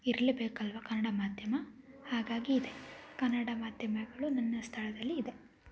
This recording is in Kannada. ಇರಲೇಬೇಕಲ್ವಾ ಕನ್ನಡ ಮಾಧ್ಯಮ ಹಾಗಾಗಿ ಇದೆ ಕನ್ನಡ ಮಾಧ್ಯಮಗಳು ನನ್ನ ಸ್ಥಳದಲ್ಲಿ ಇದೆ